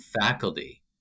faculty